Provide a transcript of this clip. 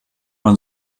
man